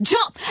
Jump